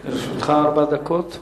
לרשותך ארבע דקות.